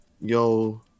yo